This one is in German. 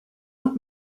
und